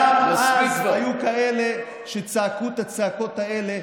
גם אז היו כאלה שצעקו את הצעקות האלה,